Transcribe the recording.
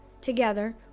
Together